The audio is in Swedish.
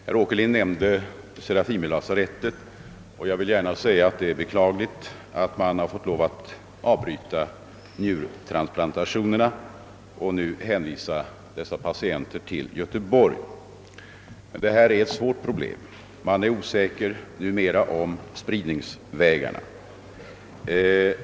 Herr Åkerlind nämnde serafimerlasarettet, och jag vill gärna säga att det är beklagligt att man där varit tvungen att avbryta = njurtransplantationerna och hänvisa dessa patienter till Göteborg. Detta problem är besvärligt. Man är numera osäker om spridningsvägarna.